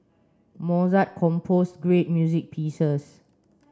Mozart composed great music pieces